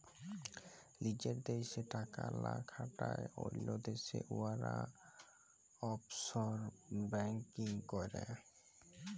লিজের দ্যাশে টাকা লা খাটায় অল্য দ্যাশে উয়ারা অফশর ব্যাংকিং ক্যরে